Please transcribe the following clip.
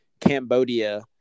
Cambodia